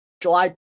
July